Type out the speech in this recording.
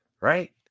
right